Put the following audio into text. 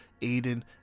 Aiden